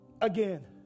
again